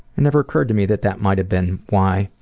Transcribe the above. it never occurred to me that that might have been why